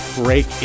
break